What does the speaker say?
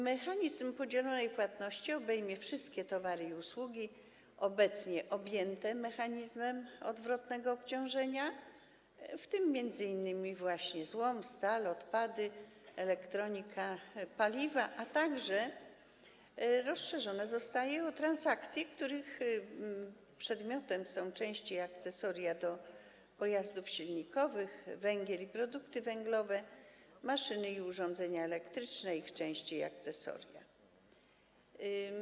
Mechanizm podzielonej płatności obejmie wszystkie towary i usługi obecnie objęte mechanizmem odwrotnego obciążenia, w tym m.in. właśnie złom, stal, odpady, elektronikę, paliwa, a także zostanie rozszerzony o transakcje, których przedmiotem są części i akcesoria do pojazdów silnikowych, węgiel i produkty węglowe, maszyny i urządzenia elektryczne oraz ich części i akcesoria do nich.